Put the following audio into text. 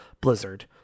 Blizzard